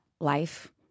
life